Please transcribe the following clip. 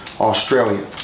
Australia